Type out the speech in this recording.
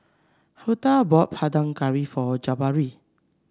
Huldah bought Panang Curry for Jabari